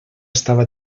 estava